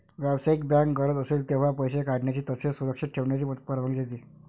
व्यावसायिक बँक गरज असेल तेव्हा पैसे काढण्याची तसेच सुरक्षित ठेवण्याची परवानगी देते